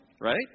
right